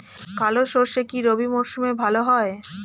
কালো সরষে কি রবি মরশুমে ভালো হয়?